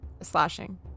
Slashing